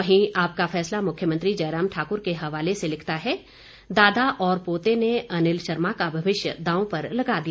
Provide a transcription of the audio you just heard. वहीं आपका फैसला मुख्यमंत्री जयराम ठाकुर के हवाले से लिखता है दादा और पोते ने अनिल शर्मा भविष्य दांव पर लगा दिया